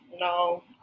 no